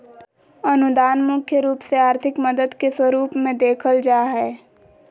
अनुदान मुख्य रूप से आर्थिक मदद के स्वरूप मे देखल जा हय